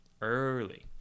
Early